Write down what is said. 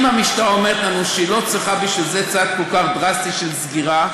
אם המשטרה אומרת לנו שהיא לא צריכה בשביל זה צעד כל כך דרסטי של סגירה,